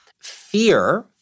fear